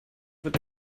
wird